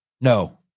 No